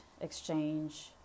exchange